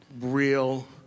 real